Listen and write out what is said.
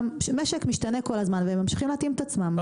משק משתנה כל הזמן והם ממשיכים להתאים את עצמם.